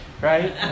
right